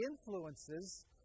influences